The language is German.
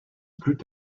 blüht